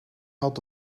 had